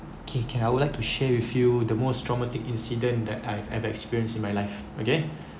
okay K I would like to share with you the most traumatic incident that I've ever experienced in my life okay